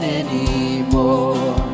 anymore